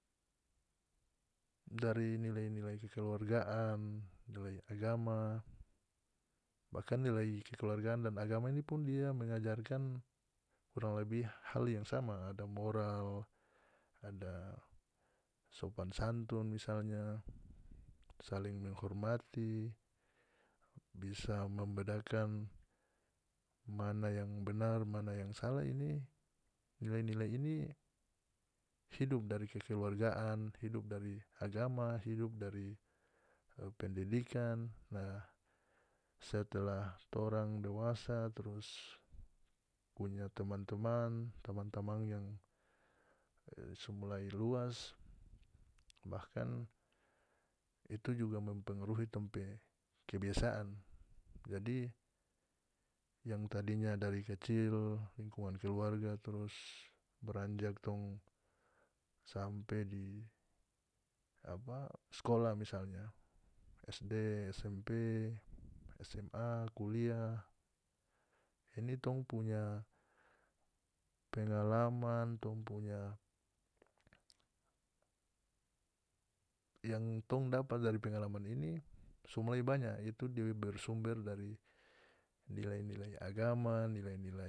Dari nilai-nilai kekeluargaan nilai agama bahkan nilai kekeluargaan dan agama ini pun dia mengajarkan kurang lebih hal yang sama ada moral ada sopan santun misalnya saling menghormati bisa membedakan mana yang benar mana yang salah ini nilai-nilai ini hidup dari kekeluargaan hidup dari agama hidup dari pendidikan nah setelah torang dewasa terus punya teman-teman tamang-tamang yang e so mulai luas bahkan itu juga mempengaruhi tong pe kebiasaan jadi yang tadinya dari kacil lingkunga keluarga terus beranjak tong sampe di apa skolah misalnya sd, smp, sma, kuliah ini tong punya pengalaman tong punya yang tong dapa dari pengalaman ini so mulai banya itu dia bersumber dari nilai-nilai agama nilai-nilai.